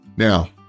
Now